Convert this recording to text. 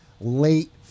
late-